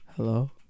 Hello